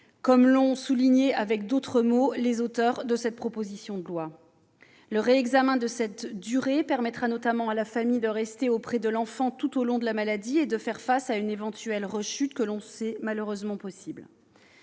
comme l'ont souligné avec d'autres mots les auteurs de cette proposition de loi. Le réexamen de cette durée permettra notamment à la famille de rester auprès de l'enfant tout au long de la maladie et de faire face à une éventuelle rechute, que l'on sait malheureusement possible.